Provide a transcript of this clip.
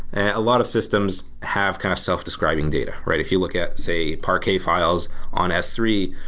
a lot of systems have kind of self-describing data, right? if you look at, say, parquet files on s three,